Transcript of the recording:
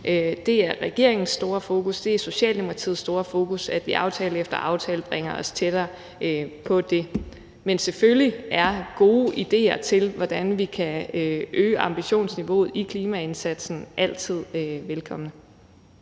Det er regeringens store fokus, det er Socialdemokratiets store fokus, altså at vi aftale efter aftale bringer os tættere på det. Men selvfølgelig er gode idéer til, hvordan vi kan øge ambitionsniveauet i klimaindsatsen, altid velkomne.